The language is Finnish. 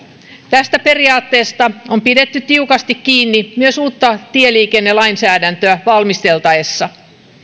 tästä periaatteesta on pidetty tiukasti kiinni myös uutta tieliikennelainsäädäntöä valmisteltaessa